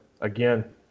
again